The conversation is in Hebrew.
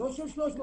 לא של 300 אנשים,